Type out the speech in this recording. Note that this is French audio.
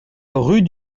rue